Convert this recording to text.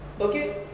okay